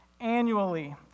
annually